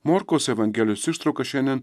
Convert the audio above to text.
morkaus evangelijos ištrauka šiandien